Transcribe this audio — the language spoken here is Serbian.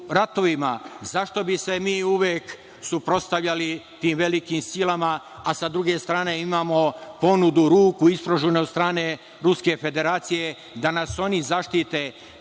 zašto bi se mi uvek suprotstavljali tim velikim silama, a sa druge strane imamo ponudu, ruku ispruženu od strane Ruske Federacije, da nas oni zaštite,